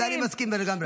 עם זה אני מסכים לגמרי.